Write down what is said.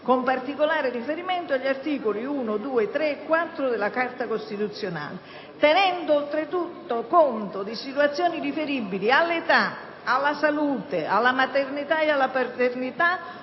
con particolare riferimento agli articoli 1, 2, 3 e 4 della Carta costituzionale, tenendo altresì conto di situazioni riferibili all'età, alla salute, alla maternità e paternità